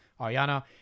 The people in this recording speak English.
Ariana